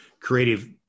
creative